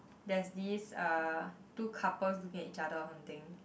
there's this uh two couples looking at each other or something